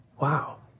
wow